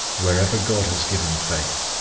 wherever god has given faith,